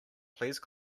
please